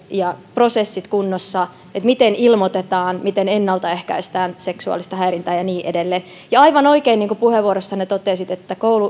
ja prosessit kunnossa miten ilmoitetaan miten ennalta ehkäistään seksuaalista häirintää ja niin edelleen ja aivan oikein niin kuin puheenvuorossanne totesitte